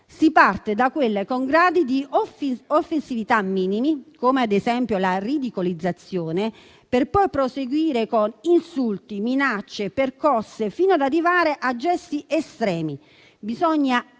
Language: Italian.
si parte da quelle con gradi di offensività minimi, come ad esempio la ridicolizzazione, per poi proseguire con insulti, minacce e percosse, fino ad arrivare a gesti estremi. Bisogna anticipare